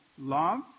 love